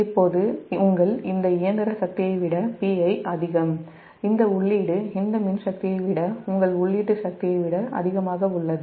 இப்போதுஇந்த இயந்திர சக்தியை விட Pi அதிகம் இந்த உள்ளீடு இந்த மின் சக்தியை விட அதிகமாக உள்ளது